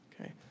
Okay